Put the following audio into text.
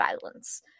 violence